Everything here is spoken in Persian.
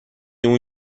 اون